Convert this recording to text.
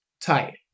tight